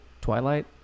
Twilight